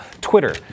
Twitter